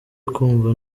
kumva